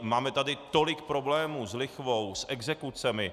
Máme tady tolik problémů s lichvou, s exekucemi.